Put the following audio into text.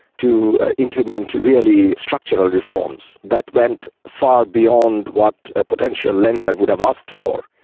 to implement, really, structural reforms that went far beyond what a potential lender would have asked for.